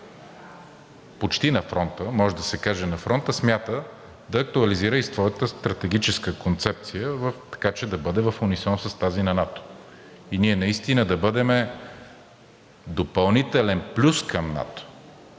почти на фронта, може да се каже на фронта, смята да актуализира и своята стратегическа концепция, така че да бъде в унисон с тази на НАТО, и ние наистина да бъдем допълнителен плюс към НАТО.